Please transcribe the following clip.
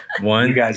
One